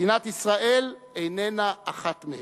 מדינת ישראל איננה אחת מהן.